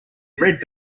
red